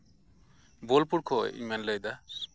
ᱵᱳᱞᱯᱩᱨ ᱠᱷᱚᱡ ᱤᱧ ᱞᱟᱹᱭᱮᱫᱟ